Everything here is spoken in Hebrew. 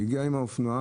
הגיע עם האופנוע,